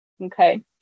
okay